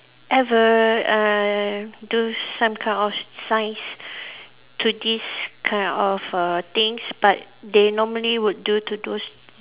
ever uh do some kind of science to this kind of err things but they normally would do to those